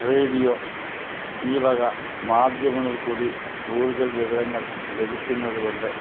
radio ഈവക മാധ്യമങ്ങൾക്കൂടി കൂടുതൽ വിവരങ്ങൾ ലഭിക്കുന്നതു കൊണ്ട്